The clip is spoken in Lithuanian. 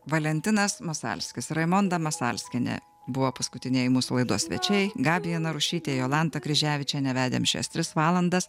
valentinas masalskis raimonda masalskienė buvo paskutinieji mūsų laidos svečiai gabija narušytė jolanta kryževičienė vedėm šias tris valandas